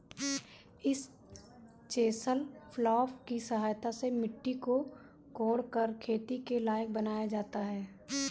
इस chisel plough की सहायता से मिट्टी को कोड़कर खेती के लायक बनाया जाता है